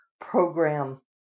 program